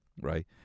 right